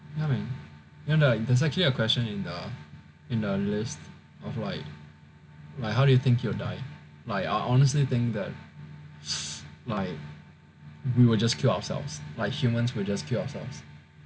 ya man you know there's actually a question in the in the list of like like how do you think you will die like I honestly think that like we will just kill ourselves like humans will just kill ourselves